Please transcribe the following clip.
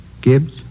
Gibbs